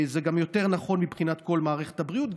זה גם יותר נכון מבחינת כל מערכת הבריאות,